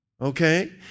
okay